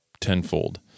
tenfold